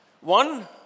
One